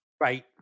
Right